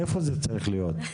איפה זה צריך להיות?